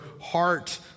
heart